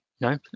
No